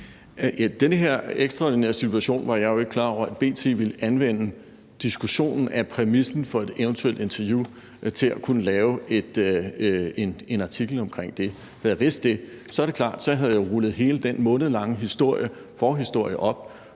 I den her ekstraordinære situation var jeg jo ikke klar over, at B.T. ville anvende diskussionen af præmissen for et eventuelt interview til at kunne lave en artikel omkring det. Havde jeg vidst det, er det klart, at så havde jeg rullet hele den månedlange forhistorie op,